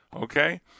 okay